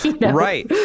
Right